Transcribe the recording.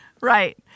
Right